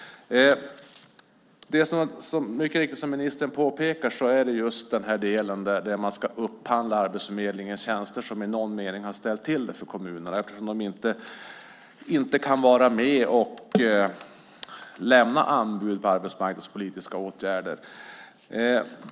Som ministern mycket riktigt påpekar är det just den delen där man ska upphandla Arbetsförmedlingens tjänster som i någon mening har ställt till det för kommunerna eftersom de inte kan vara med och lämna anbud på arbetsmarknadspolitiska åtgärder.